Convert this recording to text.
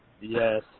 Yes